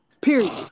Period